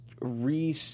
re